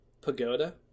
pagoda